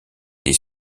des